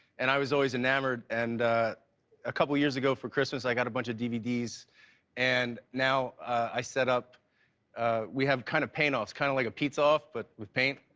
and i was always enamoured and a couple of years ago for christmas i got a bunch of dvds and now i set up we have kind of paintoffs, kind of like a pizzaoff but with paint,